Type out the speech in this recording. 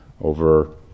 over